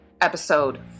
episode